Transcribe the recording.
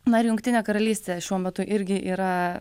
na ir jungtinė karalystė šiuo metu irgi yra